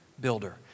builder